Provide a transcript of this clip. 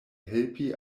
helpi